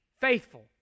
faithful